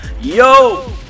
Yo